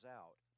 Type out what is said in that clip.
out